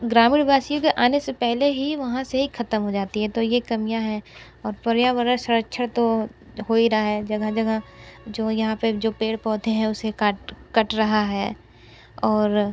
ग्रामीण वासियों के आने से पहले ही वहाँ से ख़त्म हो जाती हैं तो यह कमियाँ हैं और पर्यावरण सुरक्षा तो हो ही रहा है जगह जगह जो यहाँ पे जो पेड़ पौधे है उसे काट कट रहा है और